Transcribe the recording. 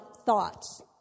thoughts